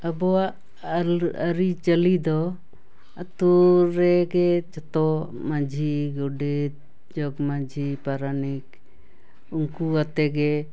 ᱟᱵᱚᱣᱟᱜ ᱟᱹᱨᱤᱪᱟᱹᱞᱤ ᱫᱚ ᱟᱛᱳ ᱨᱮᱜᱮ ᱡᱚᱛᱚ ᱢᱟᱺᱡᱷᱤ ᱜᱚᱰᱮᱛ ᱡᱚᱜᱽᱢᱟᱺᱡᱷᱤ ᱯᱟᱨᱟᱱᱤᱠ ᱩᱱᱠᱩ ᱟᱛᱮᱜᱮ